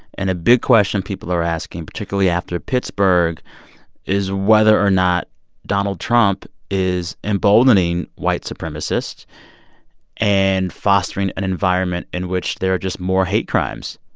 and a big question people are asking particularly after pittsburgh is whether or not donald trump is emboldening white supremacists and fostering an environment in which there are just more hate crimes.